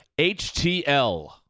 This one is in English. HTL